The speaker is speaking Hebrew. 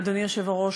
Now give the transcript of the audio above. אדוני היושב-ראש,